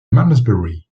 malmesbury